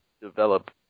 develop